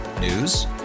News